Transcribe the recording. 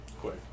quick